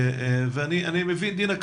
ואני מבין דינה,